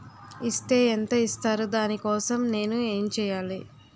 Is తే ఎంత ఇస్తారు దాని కోసం నేను ఎంచ్యేయాలి?